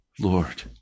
Lord